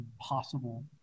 possible